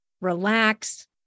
Relax